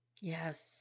Yes